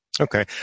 Okay